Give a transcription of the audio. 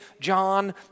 john